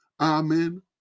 Amen